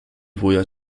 wuja